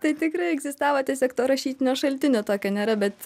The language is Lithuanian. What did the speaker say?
tai tikrai egzistavo tiesiog to rašytinio šaltinio tokio nėra bet